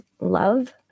love